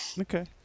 Okay